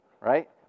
right